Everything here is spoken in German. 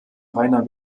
rainer